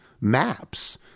maps